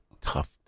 tough